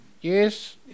Yes